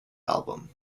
album